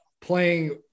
playing